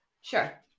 Sure